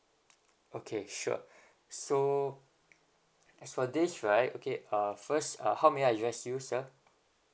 okay sure so as for this right okay uh first uh how may I address you sir